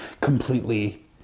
completely